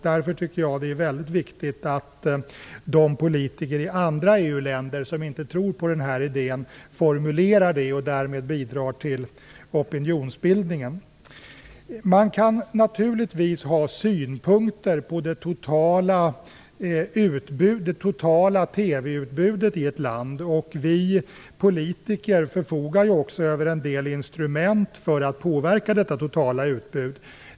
Därför tycker jag att det är väldigt viktigt att de politiker i andra EU-länder som inte tror på den här idén formulerar det och därmed bidrar till opinionsbildningen. Man kan naturligtvis ha synpunkter på det totala TV-utbudet i ett land. Vi politiker förfogar över en del instrument för att påverka detta totala utbud.